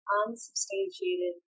unsubstantiated